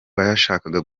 bashaka